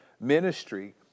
ministry